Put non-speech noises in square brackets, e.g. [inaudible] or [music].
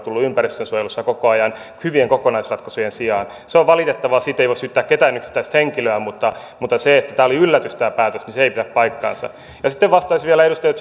[unintelligible] tullut ympäristönsuojelussa koko ajan hyvien kokonaisratkaisujen sijaan se on valitettavaa siitä ei voi syyttää ketään yksittäistä henkilöä mutta mutta se että tämä päätös oli yllätys ei pidä paikkaansa sitten vastaisin vielä edustaja